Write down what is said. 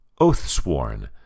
Oathsworn